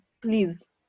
Please